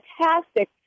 fantastic